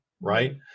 right